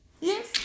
Yes